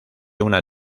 una